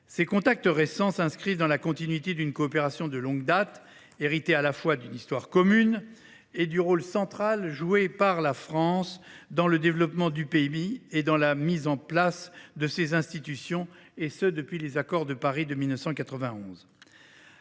Ces contacts récents s’inscrivent dans la continuité d’une coopération de longue date, héritée à la fois d’une histoire commune et du rôle central joué par la France dans le développement du pays et dans la mise en place de ses institutions, depuis les accords de Paris de 1991.